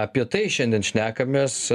apie tai šiandien šnekamės